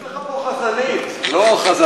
יש לך פה חזנית, לא חזן.